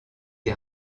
des